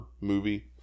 movie